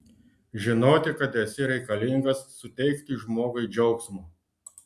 žinoti kad esi reikalingas suteikti žmogui džiaugsmo